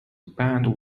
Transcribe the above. band